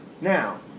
Now